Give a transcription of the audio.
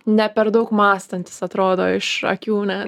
ne per daug mąstantis atrodo iš akių ne